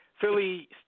Philly –